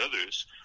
others